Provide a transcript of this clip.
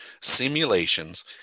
simulations